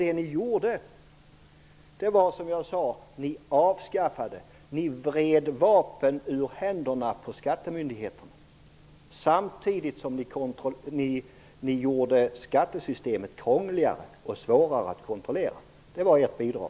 Det ni gjorde var, som jag sade, att ni vred vapnen ur händerna på skattemyndigheterna samtidigt som ni gjorde skattesystemet krångligare och svårare att kontrollera. Det var ert bidrag.